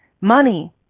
Money